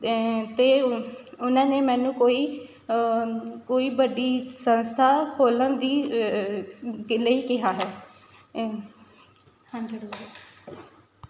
ਅਤੇ ਉਹਨਾਂ ਨੇ ਮੈਨੂੰ ਕੋਈ ਕੋਈ ਵੱਡੀ ਸੰਸਥਾ ਖੋਲਣ ਦੀ ਲਈ ਕਿਹਾ ਹੈ